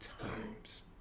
times